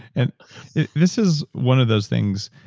and this is one of those things.